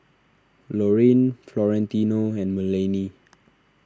Lorrayne Florentino and Melany